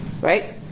Right